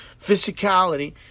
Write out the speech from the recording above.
physicality